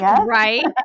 Right